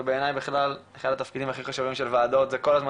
ובעייני בכלל אחד התפקידים הכי חשובים של ועדות זה כל הזמן